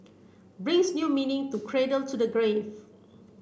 brings new meaning to cradle to the grave